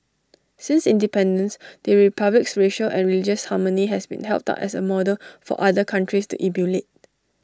since independence the republic's racial and religious harmony has been held up as A model for other countries to emulate